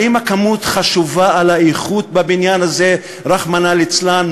האם הכמות חשובה מהאיכות בבניין הזה, רחמנא ליצלן?